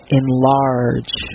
enlarge